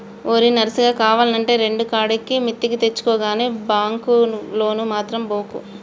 ఓరి నర్సిగా, కావాల్నంటే రెండుకాడికి మిత్తికి తెచ్చుకో గని బాంకు లోనుకు మాత్రం బోకు